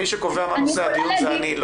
מי שקובע מה נושא הדיון זה אני,